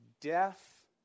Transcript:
death